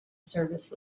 service